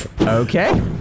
okay